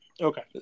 Okay